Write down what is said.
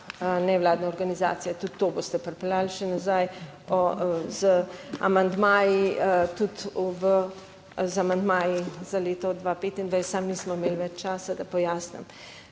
nevladne organizacije. Tudi to boste pripeljali še nazaj z amandmaji, tudi z amandmaji za leto 2025, samo nismo imeli več časa, da pojasnim.